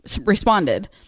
responded